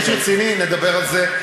אתה איש רציני, נדבר על זה.